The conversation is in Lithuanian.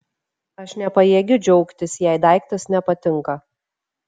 aš nepajėgiu džiaugtis jei daiktas nepatinka